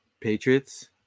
Patriots